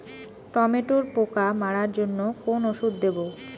টমেটোর পোকা মারার জন্য কোন ওষুধ দেব?